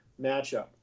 matchup